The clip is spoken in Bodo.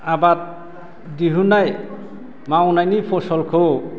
आबाद दिहुननाय मावनायनि फसलखौ